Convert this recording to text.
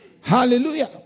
Hallelujah